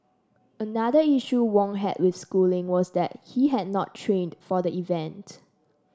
another issue Wong had with schooling was that he had not trained for the event